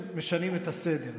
משנים את הסדר,